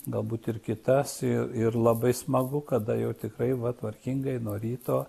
galbūt ir kitas ir labai smagu kada jau tikrai va tvarkingai nuo ryto